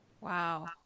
Wow